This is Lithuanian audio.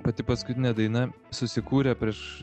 pati paskutinė daina susikūrė prieš